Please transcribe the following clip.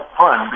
fun